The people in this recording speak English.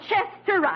Chester